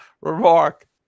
remark